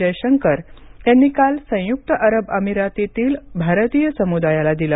जयशंकर यांनी काल संयुक्त अरब अमीरातीतील भारतीय समुदायाला दिलं